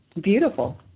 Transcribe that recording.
Beautiful